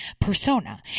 persona